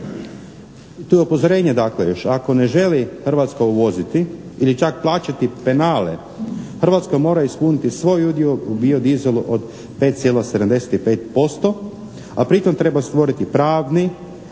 Tu je upozorenje još ako ne želi Hrvatska uvoziti ili čak plaćati penale, Hrvatska mora ispuniti svoju udio u bio dizelu od 5,75% a pri tom treba stvoriti pravni